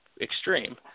extreme